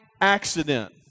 accident